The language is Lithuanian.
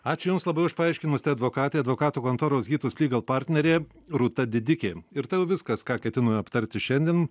ačiū jums labai už paaiškinusi advokatai advokatų kontoros hitus legal partnerė rūta didikė ir tai jau viskas ką ketinome aptarti šiandien